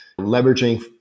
leveraging